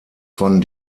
von